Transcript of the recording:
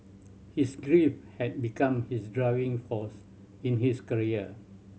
his grief had become his driving force in his career